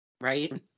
Right